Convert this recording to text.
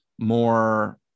more